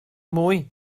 mwy